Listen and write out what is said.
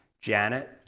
Janet